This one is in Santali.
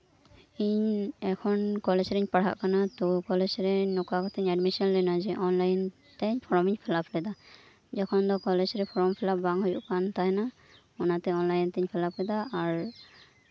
ᱤᱧ ᱮᱠᱷᱚᱱ ᱠᱚᱞᱮᱡ ᱨᱤᱧ ᱯᱟᱲᱦᱟᱜ ᱠᱟᱱᱟ ᱛᱳ ᱠᱚᱞᱮᱡᱨᱮ ᱚᱠᱟ ᱞᱮᱠᱟᱛᱤᱧ ᱮᱰᱢᱤᱥᱚᱱ ᱞᱮᱱᱟ ᱚᱱᱞᱟᱭᱤᱚᱱᱛᱮ ᱯᱷᱚᱨᱚᱢ ᱤᱧ ᱯᱷᱤᱞᱟᱯ ᱞᱮᱫᱟ ᱡᱚᱠᱷᱚᱱ ᱫᱚ ᱠᱚᱞᱮᱡᱨᱮ ᱯᱷᱚᱨᱚᱢ ᱯᱷᱤᱞᱟᱯ ᱵᱟᱝ ᱦᱩᱭᱩᱜ ᱠᱟᱱ ᱛᱟᱸᱦᱮᱱᱟ ᱚᱱᱟᱛᱮ ᱚᱱᱞᱟᱭᱤᱱ ᱛᱤᱧ ᱯᱷᱤᱞᱟᱯ ᱞᱮᱫᱟ ᱟᱨ